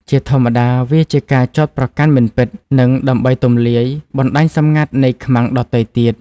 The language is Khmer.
ជាធម្មតា វាជាការចោទប្រកាន់មិនពិត និងដើម្បី "ទម្លាយ" បណ្តាញសម្ងាត់នៃ "ខ្មាំង" ដទៃទៀត។